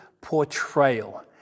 portrayal